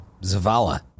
Zavala